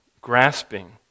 grasping